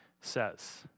says